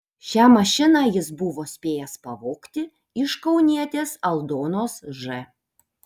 šią mašiną jis buvo spėjęs pavogti iš kaunietės aldonos ž